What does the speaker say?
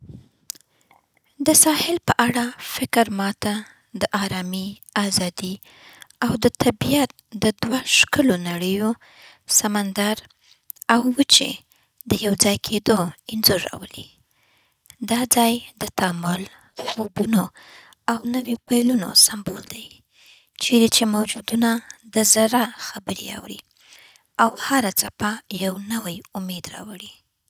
د ساحل په اړه فکر ما ته د ارامۍ، ازادۍ، او د طبیعت د دوه ښکلو نړيو، سمندر او وچې د یو ځای کېدو انځور راولي. دا ځای د تامل، خوبونو، او نوو پیلونو سمبول دی، چیرې چې موجونه د زړه خبرې اوري، او هره څپه یو نوی امید راوړي.